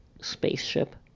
spaceship